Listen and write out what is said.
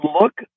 Look